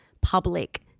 public